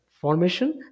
formation